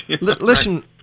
listen